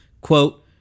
quote